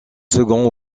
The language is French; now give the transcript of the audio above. second